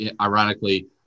ironically